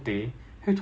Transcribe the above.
这种 ya